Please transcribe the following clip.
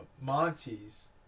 monty's